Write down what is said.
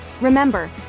remember